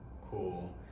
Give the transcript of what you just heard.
cool